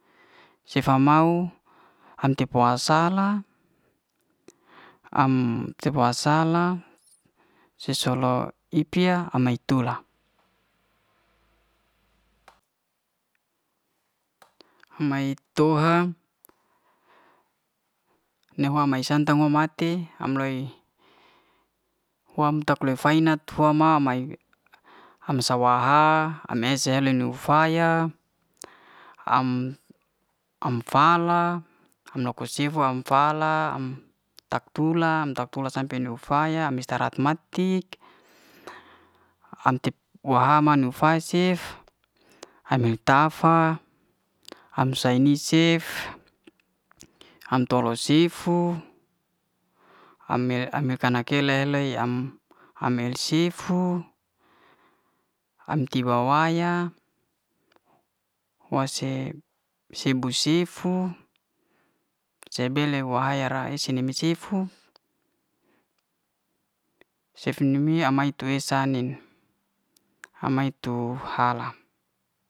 Sefa mau ante fo asala. am sefa ma salah se so'lo ip'ya am mae to'ha na huai mae santang way mate am loi wam tak lay fa'nat way mama, am sawa ha am ese le'le lu faya. am am fala am lo'ko am fala am tak tula am tak tula sampe niuw fala sampe am istirahat matik am tek nu haman niuw fa cef am he tafa am sai ne cef am to'lo sifu ame ame ne kala kele ame sifu, am tiba waya wa se sibu sifu sebele wa haya ra isi ni me sifu. cef ini miuw am mae tu esa ai'nin. am mae tu hala.